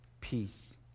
peace